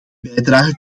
bijdrage